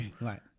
Right